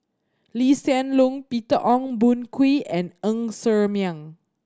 Lee Hsien Loong Peter Ong Boon Kwee and Ng Ser Miang